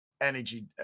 energy